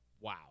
wow